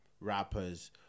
rappers